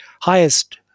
highest